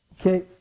Okay